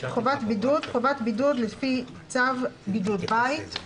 "חובת בידוד, חובת בידוד לפי צו בידוד בית.